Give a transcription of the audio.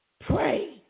pray